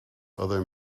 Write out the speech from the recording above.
other